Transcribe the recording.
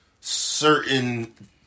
certain